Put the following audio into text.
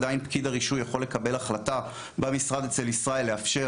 עדיין פקיד הרישוי יכול לקבל החלטה במשרד אצל ישראל לאפשר.